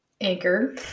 Anchor